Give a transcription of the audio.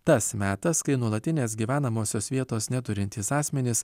tas metas kai nuolatinės gyvenamosios vietos neturintys asmenys